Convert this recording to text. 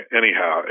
anyhow